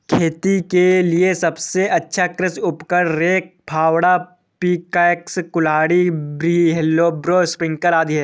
खेत के लिए सबसे अच्छे कृषि उपकरण, रेक, फावड़ा, पिकैक्स, कुल्हाड़ी, व्हीलब्रो, स्प्रिंकलर आदि है